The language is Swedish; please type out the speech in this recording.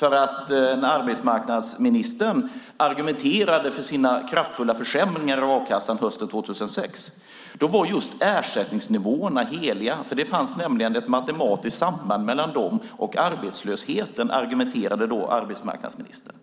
När arbetsmarknadsministern argumenterade för sina kraftfulla försämringar i a-kassan hösten 2006 var just ersättningsnivåerna heliga. Det fanns nämligen ett matematiskt samband mellan dem och arbetslösheten, argumenterade då arbetsmarknadsministern.